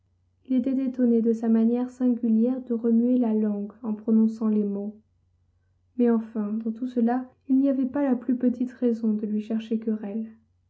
il était étonné de sa manière singulière de remuer la langue en prononçant les mots mais enfin dans tout cela il n'y avait pas la plus petite raison de lui chercher querelle